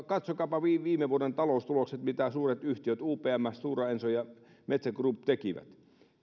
katsokaapa viime viime vuoden taloustulokset mitä suuret yhtiöt upm stora enso ja metsä group tekivät